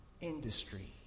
industry